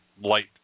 light